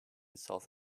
south